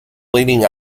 leading